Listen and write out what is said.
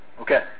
Okay